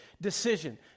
decision